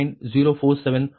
0478 கோணம் 222